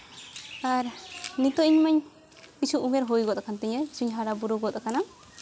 ᱟᱨ ᱱᱤᱛᱚᱜ ᱤᱧ ᱢᱟᱧ ᱠᱤᱪᱷᱩ ᱩᱢᱮᱨ ᱦᱩᱭ ᱠᱟᱱ ᱛᱤᱧᱟ ᱠᱤᱪᱷᱩᱧ ᱦᱟᱨᱟᱼᱵᱩᱨᱩ ᱜᱚᱫ ᱠᱟᱱᱟ